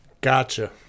Gotcha